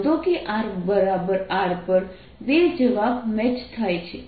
નોંધો કે r R પર બે જવાબ મેચ થાય છે